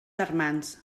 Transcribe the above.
germans